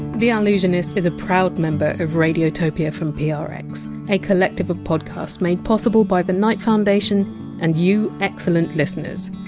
the allusionist is a proud member of radiotopia from ah prx, a collective of podcasts made possible by the knight foundation and you excellent listeners.